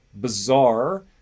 bizarre